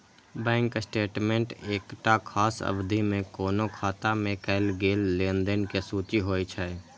bank statement एकटा खास अवधि मे कोनो खाता मे कैल गेल लेनदेन के सूची होइ छै